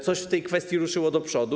Czy coś w tej kwestii ruszyło do przodu?